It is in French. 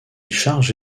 charge